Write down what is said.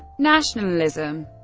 nationalism